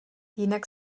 jinak